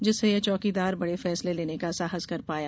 जिससे यह चौकीदार बड़े फैसले लेने का साहस कर पाया